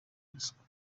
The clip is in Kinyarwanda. ruswa